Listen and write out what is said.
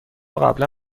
قبلا